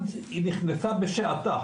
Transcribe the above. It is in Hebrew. היא נכנסה בשעטה,